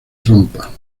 trompa